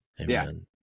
Amen